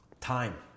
Time